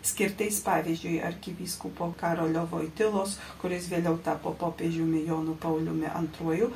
skirtais pavyzdžiui arkivyskupo karolio voitylos kuris vėliau tapo popiežiumi jonu pauliumi antruoju